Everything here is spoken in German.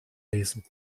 lesen